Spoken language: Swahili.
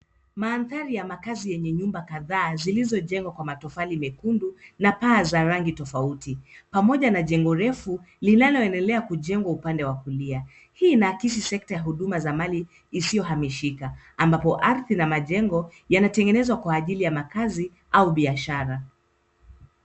Mandhari ya makazi yenye nyumba kadhaa zilizojengwa kwa matofali mekundu, na paa za rangi tofauti, pamoja na jengo refu linaloendelea kujengwa upande wa kulia. Hii inaakisi sekta ya huduma za mali isiyohamishika, ambapo ardhi na majengo yanatengenezwa kwa ajili ya makazi au biashara.